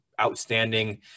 outstanding